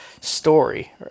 story